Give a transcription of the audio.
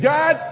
God